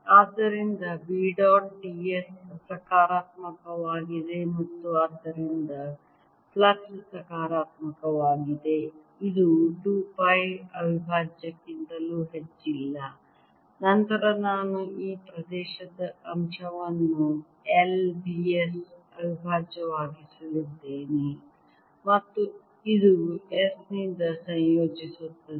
ಆದ್ದರಿಂದ B dot d s ಸಕಾರಾತ್ಮಕವಾಗಿದೆ ಮತ್ತು ಆದ್ದರಿಂದ ಫ್ಲಕ್ಸ್ ಸಕಾರಾತ್ಮಕವಾಗಿದೆ ಇದು 2 ಪೈ ಅವಿಭಾಜ್ಯಕ್ಕಿಂತಲೂ ಹೆಚ್ಚಿಲ್ಲ ನಂತರ ನಾನು ಈ ಪ್ರದೇಶದ ಅಂಶವನ್ನು l d s ಅವಿಭಾಜ್ಯವಾಗಿಸಲಿದ್ದೇನೆ ಮತ್ತು ಇದು s ನಿಂದ ಸಂಯೋಜಿಸುತ್ತದೆ